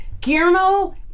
Guillermo